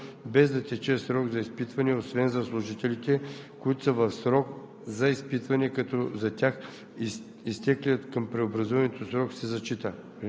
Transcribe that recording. са навършили 60 години. (4) Преобразуването по ал. 1 се извършва, без да тече срок за изпитване, освен за служителите, които са в срок